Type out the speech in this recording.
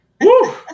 woo